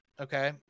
okay